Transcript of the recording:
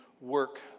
work